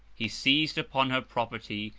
he seized upon her property,